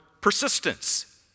persistence